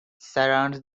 surrounds